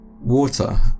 water